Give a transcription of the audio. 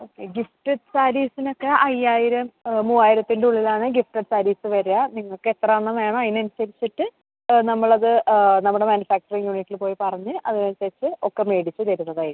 okay gilded സാരീസിനൊക്കെ അയ്യായിരം മൂവായിരത്തിൻറ്റുള്ളിലാണ് ഗിൽറ്റഡ് സാരീസ് വരുക നിങ്ങൾക്കെത്ര എണ്ണം വേണം അതിനനുസരിച്ചിട്ട് നമ്മളത് നമ്മുടെ മാനുഫാക്ച്ചറിംഗ് യൂണിറ്റിൽ പോയി പറഞ്ഞ് അതിനനുസരിച്ച് ഒക്കെ മേടിച്ച് വരുന്നതായിരിക്കും